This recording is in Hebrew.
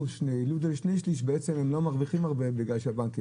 זה לשני שליש הם לא מרוויחים הרבה בגלל שהבנקים,